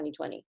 2020